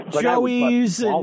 Joey's